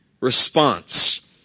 response